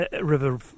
river